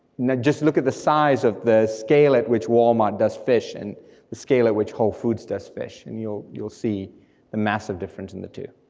now just look at the size of the scale at which wal-mart does fish, and the scale at which whole foods does fish, and you'll you'll see the massive difference in the two.